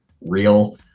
real